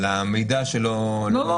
על המידע שלא --- לא,